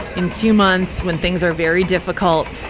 in two months when things are very difficult.